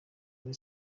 muri